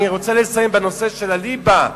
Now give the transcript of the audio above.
אני רוצה לסיים בנושא של הליבה,